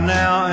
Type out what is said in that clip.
now